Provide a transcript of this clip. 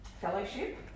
fellowship